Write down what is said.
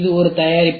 இது ஒரு தயாரிப்பு